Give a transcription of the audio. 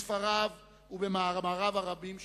בספריו ובמאמרים הרבים שכתב.